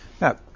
Now